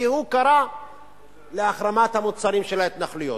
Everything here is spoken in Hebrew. הוא קרא להחרמת המוצרים של ההתנחלויות,